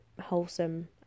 wholesome